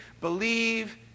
believe